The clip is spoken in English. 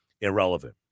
irrelevant